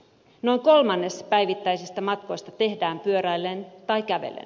noin kolmannes päivittäisistä matkoista tehdään pyöräillen tai kävellen